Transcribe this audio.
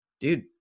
dude